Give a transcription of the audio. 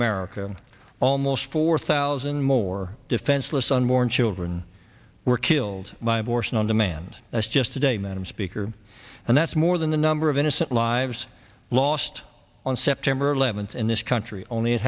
america almost four thousand more defenseless unborn children were killed by abortion on demand is just today madam speaker and that's more than the number of innocent lives lost on september eleventh in this country only it